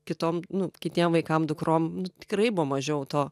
kitom nu kitiem vaikam dukrom nu tikrai buvo mažiau to